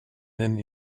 then